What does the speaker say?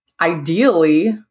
ideally